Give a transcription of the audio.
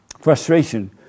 frustration